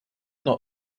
not